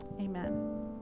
Amen